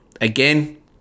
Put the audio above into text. again